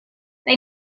they